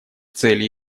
цели